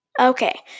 Okay